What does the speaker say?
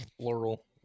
plural